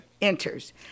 enters